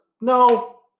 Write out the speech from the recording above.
No